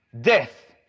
death